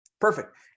Perfect